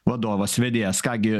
vadovas vedėjas ką gi